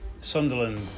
Sunderland